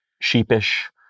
sheepish